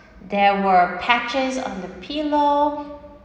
there were patches on the pillow